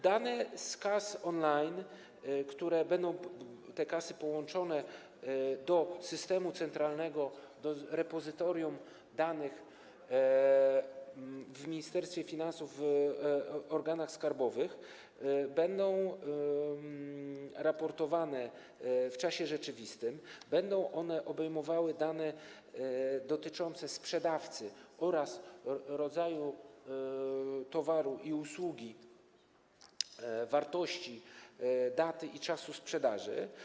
Dane z kas on-line - te kasy będą podłączone do systemu centralnego, do repozytorium danych w Ministerstwie Finansów, w organach skarbowych - będą raportowane w czasie rzeczywistym i będą one obejmowały dane dotyczące sprzedawcy oraz rodzaju towaru i usługi, wartości, daty i czasu sprzedaży.